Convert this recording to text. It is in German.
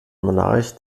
monarch